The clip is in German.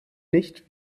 nicht